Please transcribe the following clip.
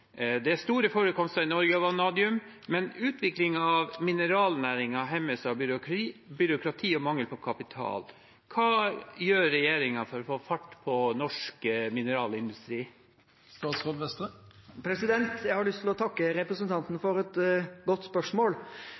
Det er store forekomster i Norge av vanadium. Men utvikling av mineralnæringen hemmes av byråkrati og mangel på kapital. Hva gjør regjeringen for å få fart på norsk mineralnæring?» Jeg har lyst til å takke representanten for et godt spørsmål.